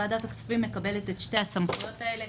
ועדת הכספים מקבלת את שתי הסמכויות האלה.